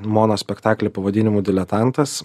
monospektaklį pavadinimu diletantas